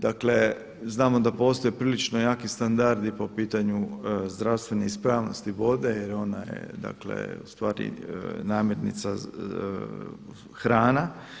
Dakle, znamo da postoje prilično jaki standardi po pitanju zdravstvene ispravnosti vode jer ona je dakle ustvari namirnica, hrana.